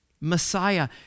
Messiah